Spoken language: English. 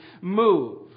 move